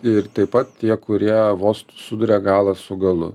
ir taip pat tie kurie vos suduria galą su galu